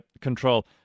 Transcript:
control